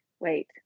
Wait